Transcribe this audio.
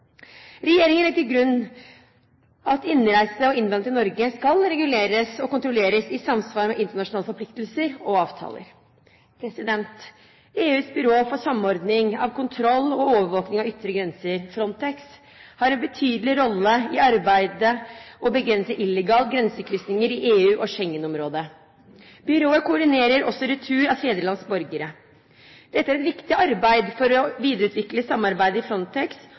Regjeringen legger til grunn at innreise og innvandring til Norge skal reguleres og kontrolleres i samsvar med internasjonale forpliktelser og avtaler. EUs byrå for samordning av kontroll og overvåking av ytre grenser, Frontex, har en betydelig rolle i arbeidet med å begrense illegale grensekryssinger i EU/Schengen-området. Byrået koordinerer også retur av tredjelands borgere. Dette er et viktig arbeid for å videreutvikle samarbeidet i Frontex